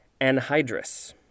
anhydrous